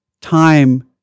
time